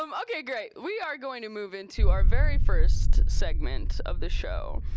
um okay, great, we are going to move into our very first segment of the show,